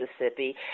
mississippi